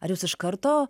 ar jūs iš karto